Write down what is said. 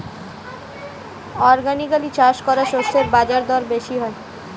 organically চাষ করা শস্যের বাজারদর বেশি হয়